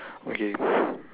okay